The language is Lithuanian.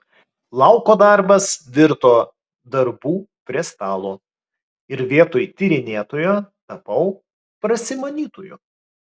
lauko darbas virto darbu prie stalo ir vietoj tyrinėtojo tapau prasimanytoju